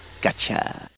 Gotcha